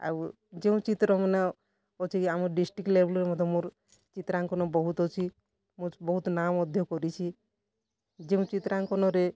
ଆଉ ଯେଉଁ ଚିତ୍ରମାନେ ଅଛି ଆମ ଡିଷ୍ଟ୍ରିକ୍ଟ ଲେବୁଲ୍ରେ ମଧ୍ୟ ମୋର ଚିତ୍ରାଙ୍କନ ବହୁତ୍ ଅଛି ମୁଁ ବହୁତ୍ ନାଁ ମାନେ କରିଛି ଯେଉଁ ଚିତ୍ରାଙ୍କନରେ